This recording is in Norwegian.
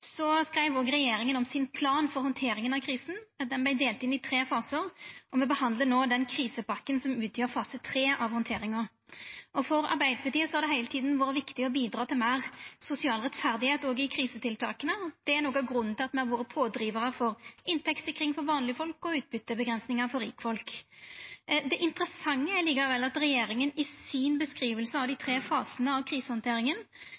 skreiv regjeringa òg om sin plan for handteringa av krisen. Den vart delt inn i tre fasar, og me behandlar no den krisepakken som utgjer fase 3 av handteringa. For Arbeidarpartiet har det heile tida vore viktig å bidra til meir sosial rettferd, òg i krisetiltaka. Det er noko av grunnen til at me har vore pådrivarar for inntektssikring for vanlege folk og utbyteavgrensingar for rikfolk. Det interessante er likevel at regjeringa i si skildring av dei tre fasane av krisehandteringa